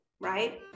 right